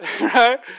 right